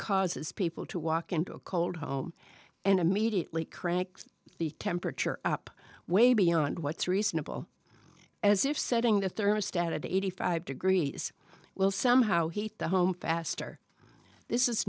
causes people to walk into a cold home and immediately cranked the temperature up way beyond what's reasonable as if setting the thermostat at eighty five degrees will somehow heat the home faster this is